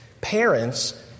Parents